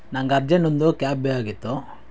ನನಗೆ ಅರ್ಜೆಂಟ್ ಒಂದು ಕ್ಯಾಬ್ ಬೇಕಾಗಿತ್ತು